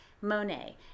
Monet